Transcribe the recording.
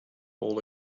old